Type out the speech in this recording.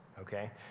okay